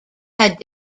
had